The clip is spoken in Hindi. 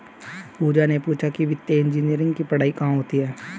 पूजा ने पूछा कि वित्तीय इंजीनियरिंग की पढ़ाई कहाँ होती है?